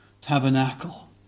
tabernacle